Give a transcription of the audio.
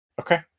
Okay